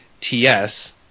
TS